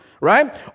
right